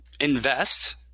invest